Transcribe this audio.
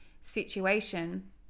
situation